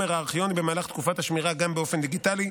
הארכיוני במהלך תקופת השמירה גם באופן דיגיטלי,